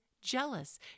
jealous